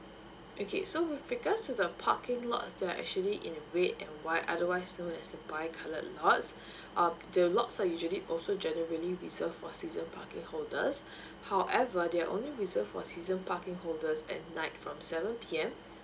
okay so with regards to the parking lots they are actually in red and white otherwise still as the bicolour lots uh the lots are usually also generally reserved for season parking holders however they are only reserve for season parking holders at night from seven P_M